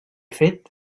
fet